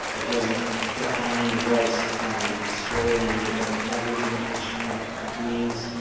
it doesn't define what scoring in the above average range means,